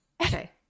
Okay